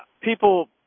people